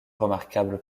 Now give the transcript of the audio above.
remarquables